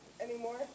anymore